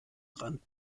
rand